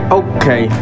okay